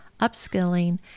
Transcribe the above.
upskilling